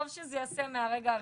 טוב שזה ייעשה מהרגע הראשון.